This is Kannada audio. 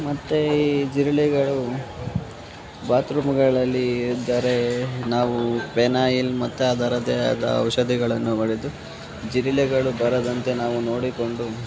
ಮತ್ತು ಈ ಜಿರಳೆಗಳು ಬಾತ್ರೂಮ್ಗಳಲ್ಲಿ ಇದ್ದರೆ ನಾವು ಫೆನಾಯಿಲ್ ಮತ್ತು ಅದರದ್ದೇದ ಆದ ಔಷಧಿಗಳನ್ನು ಹೊಡೆದು ಜಿರಳೆಗಳು ಬರದಂತೆ ನಾವು ನೋಡಿಕೊಂಡು